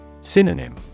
Synonym